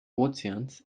ozeans